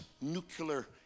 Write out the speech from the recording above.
nuclear